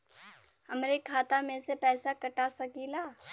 हमरे खाता में से पैसा कटा सकी ला?